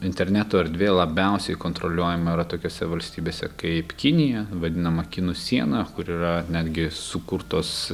interneto erdvė labiausiai kontroliuojama yra tokiose valstybėse kaip kinija vadinama kinų siena kur yra netgi sukurtos